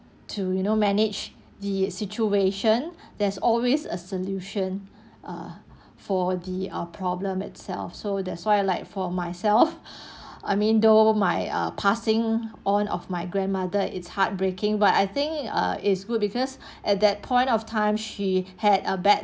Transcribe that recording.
to you know manage the situation there's always a solution ah for the um problem itself so that's why like for myself I mean though my ah passing on of my grandmother it's heartbreaking but I think err is good because at that point of time she had a bad